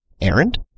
Errand